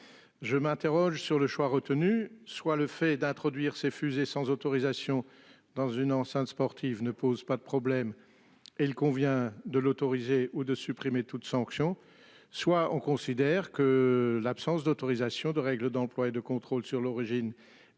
Je m'interroge sur le choix retenu soit le fait d'introduire ces fusées sans autorisation dans une enceinte sportive ne pose pas de problème et il convient de l'autoriser ou de supprimer toute sanction soit on considère que l'absence d'autorisation de règles d'emploi et de contrôle sur l'origine et